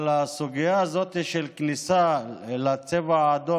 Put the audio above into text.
אבל הסוגיה הזאת של כניסה לצבע אדום